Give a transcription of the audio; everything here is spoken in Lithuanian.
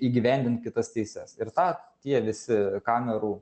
įgyvendint kitas teises ir tą tie visi kamerų